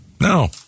No